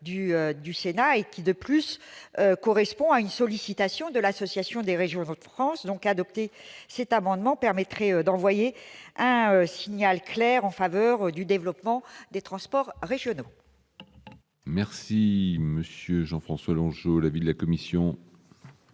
du Sénat. De plus, il correspond à une sollicitation de l'Association des régions de France. L'adoption de cet amendement permettrait d'envoyer un signal clair en faveur du développement des transports régionaux.